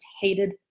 hated